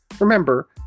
Remember